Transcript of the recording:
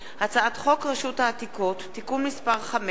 הצעת חוק רשות העתיקות (תיקון מס' 5),